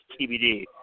TBD